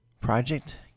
Project